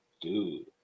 dude